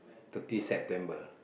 thirty September